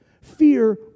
Fear